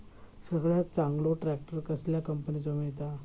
सगळ्यात चांगलो ट्रॅक्टर कसल्या कंपनीचो मिळता?